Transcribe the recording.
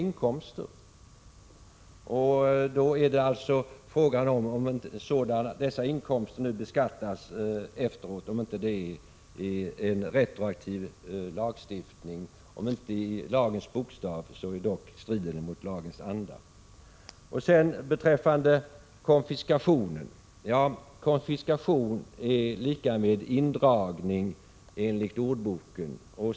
Frågan är alltså om det inte när det gäller dessa inkomster, som alltså nu beskattas i efterhand, i alla fall rör sig om en retroaktiv lagstiftning — för även om åtgärden inte strider mot lagens bokstav, strider den ändå mot lagens anda. : Så något om konfiskationen. Enligt ordboken är konfiskation detsamma som indragning.